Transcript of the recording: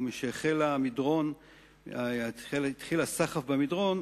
ומשהתחיל הסחף במדרון,